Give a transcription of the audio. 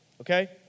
okay